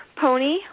pony